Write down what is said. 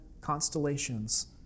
constellations